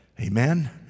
amen